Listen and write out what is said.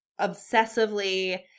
obsessively